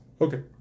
Okay